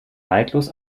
neidlos